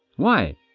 why?